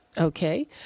Okay